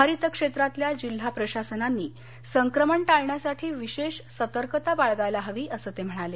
हरित क्षेत्रातल्या जिल्हा प्रशासनांनी संक्रमण टाळण्यासाठी विशेष सतर्कता बाळगायला हवी असं ते म्हणाले